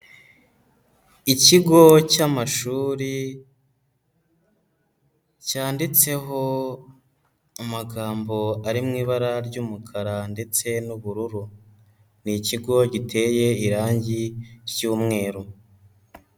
Ikigo cy'amashuri cyanditseho amagambo ari mu ibara ry'umukara ndetse n'ubururu. Ni ikigo giteye irangi cy'umweru.